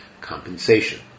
compensation